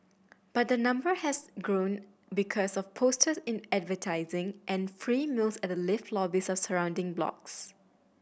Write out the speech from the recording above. but the number has grown because of poster in advertising and free meals at the lift lobbies of surrounding blocks